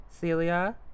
Celia